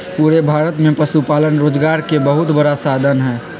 पूरे भारत में पशुपालन रोजगार के बहुत बड़ा साधन हई